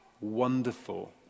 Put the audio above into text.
wonderful